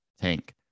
tank